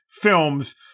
films